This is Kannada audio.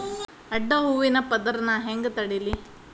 ಅಡ್ಡ ಹೂವಿನ ಪದರ್ ನಾ ಹೆಂಗ್ ತಡಿಲಿ?